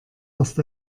erst